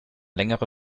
längere